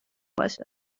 باشه